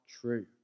true